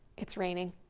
it's raining.